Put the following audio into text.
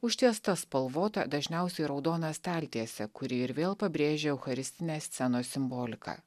užtiestas spalvota dažniausiai raudona staltiese kuri ir vėl pabrėžia eucharistinę scenos simboliką